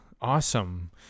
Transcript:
Awesome